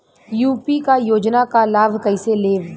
UP क योजना क लाभ कइसे लेब?